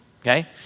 Okay